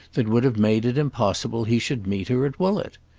that would have made it impossible he should meet her at woollett?